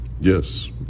Yes